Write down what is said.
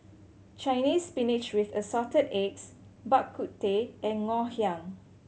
Chinese Spinach with Assorted Eggs Bak Kut Teh and Ngoh Hiang